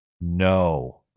No